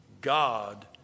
God